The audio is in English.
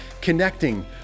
Connecting